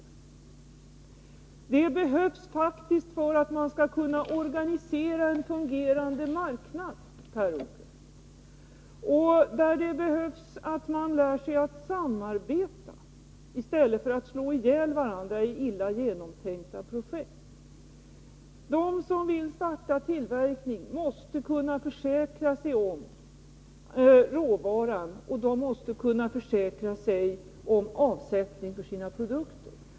Samarbete behövs faktiskt för att man skall kunna organisera en fungerande marknad, Per Unckel. Det behövs att man lär sig att samarbeta i stället för att slå ihjäl varandra i illa genomtänkta projekt. De som vill starta tillverkning måste kunna försäkra sig om råvaran och om avsättning för sina produkter.